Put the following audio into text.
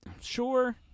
Sure